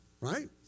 Right